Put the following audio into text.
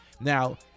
Now